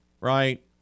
right